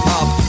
up